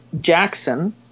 Jackson